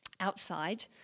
outside